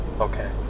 Okay